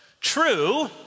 True